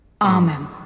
Amen